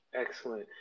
Excellent